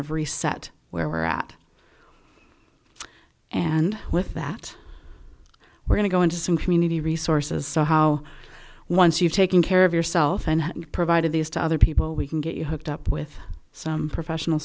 of reset where we're at and with that we're going to go into some community resources so how once you've taken care of yourself and provided these to other people we can get you hooked up with some professional